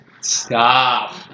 Stop